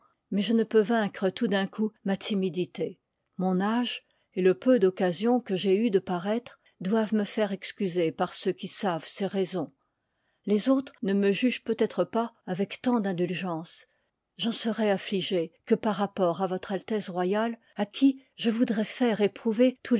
mais je ne peux vaincre tout d'un coup ma timidite mon âge et le peu d'occasions que j'ai eues de paroître doivent me faire excuser par ceux qui savent ces raisons les autres ne me jugent peut-être pas avec tant d'indulgence je n'en serai affligée que par rapport à votre altesse royale à qui je voudrois faire éprouver